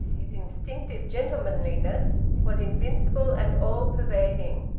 his instinctive gentlemanliness was invincible and all-pervading.